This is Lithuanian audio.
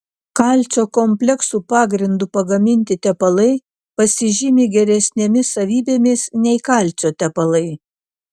kalcio kompleksų pagrindu pagaminti tepalai pasižymi geresnėmis savybėmis nei kalcio tepalai